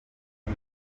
uko